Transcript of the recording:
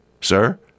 sir